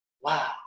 wow